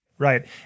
Right